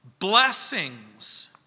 blessings